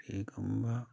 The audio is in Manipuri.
ꯀꯔꯤꯒꯨꯝꯕ